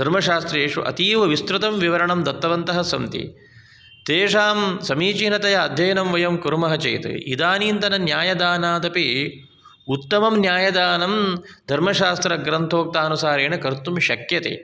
धर्मशास्त्रेषु अतीवविस्तृतं विवरणं दत्तवन्तः सन्ति तेषां समीचीनतया अध्ययनं वयं कुर्मः चेत् इदानीन्तनन्यायदानादपि उत्तमं न्यायदानं धर्मशास्त्रग्रन्थोक्ताधारेण कर्तुं शक्यते